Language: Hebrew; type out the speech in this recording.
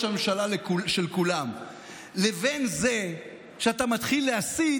הממשלה של כולם לבין זה שאתה מתחיל להסית,